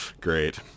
Great